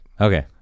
okay